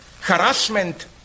harassment